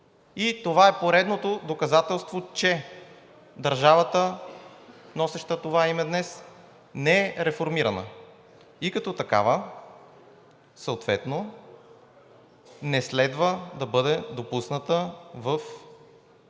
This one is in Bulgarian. и това е поредното доказателство, че държавата, носеща това име днес, не е реформирана. И като такава съответно не следва да бъде допусната за